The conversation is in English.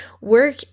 Work